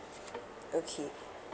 okay